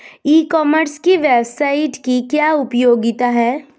ई commerce की website की क्या उपयोगिता है?